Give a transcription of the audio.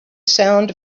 sound